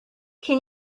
can